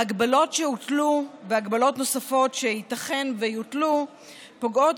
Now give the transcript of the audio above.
ההגבלות שהוטלו והגבלות נוספות שייתכן שיוטלו פוגעות